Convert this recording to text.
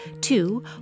Two